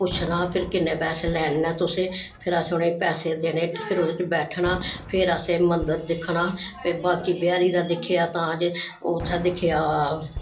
पुच्छना फिर किन्ने पैसे लैने न तुसें फिर असें उनेंगी पैसे देने फिर ओह्दे च बैठना फिर असें मन्दर दिक्खनां बांके एह् बिहारी दा दिक्खेआ तां जे ओह् उत्थैं दिक्खेआ